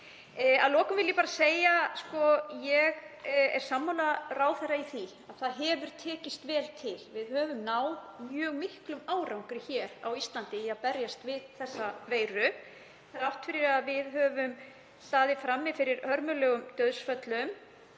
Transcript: Að lokum vil ég bara segja að ég er sammála ráðherra í því að það hefur tekist vel til. Við höfum náð mjög miklum árangri hér á Íslandi í að berjast við þessa veiru. Þrátt fyrir að við höfum staðið frammi fyrir hörmulegum dauðsföllum